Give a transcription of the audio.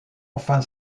enfin